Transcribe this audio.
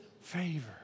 favor